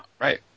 Right